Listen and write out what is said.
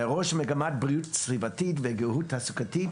ראש מגמת בריאות סביבתית וגהות תעסוקתית